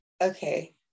Okay